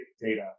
data